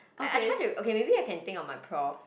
I try to okay maybe I can think of my profs